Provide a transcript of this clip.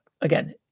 again